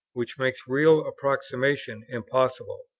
which makes real approximation impossible.